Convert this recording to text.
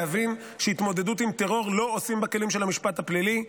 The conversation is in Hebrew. להבין שהתמודדות עם טרור לא עושים בכלים של המשפט הפלילי,